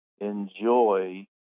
enjoy